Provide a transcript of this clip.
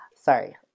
sorry